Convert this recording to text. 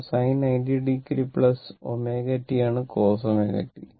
കാരണം sin 90o ω t ആണ് cos ω t